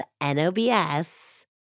N-O-B-S